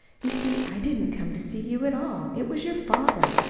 you see, i didn't come to see you at all. it was your father.